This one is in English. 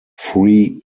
free